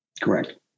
Correct